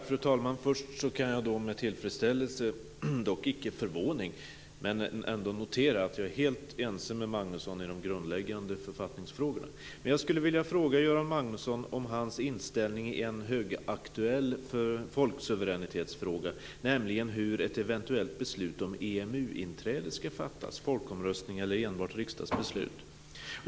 Fru talman! Först kan jag med tillfredsställelse, dock icke förvåning, notera att jag är helt ense med Men jag skulle vilja fråga Göran Magnusson om hans inställning i en högaktuell folksuveräntitetsfråga, nämligen hur ett eventuellt beslut om EMU-inträde ska fattas. Ska det vara folkomröstning eller enbart riksdagsbeslut?